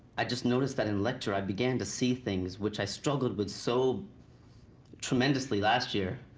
i just noticed that in lecture i began to see things which i struggled with so tremendously last year.